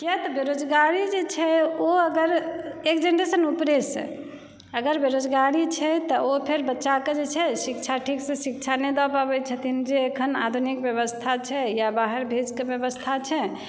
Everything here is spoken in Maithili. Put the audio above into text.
कियातऽ बरोजगारी जे छै ओ अगर एक जेनरेशन उपरेसँ अगर बेरोजगारी छै तऽ ओ फेर बच्चाकेँ जे छै ठीकसँ शिक्षा नहि दऽ पाबै छथिन जे एखन आधुनिक व्यवस्था छै या बाहर भेजऽके व्यवस्था छै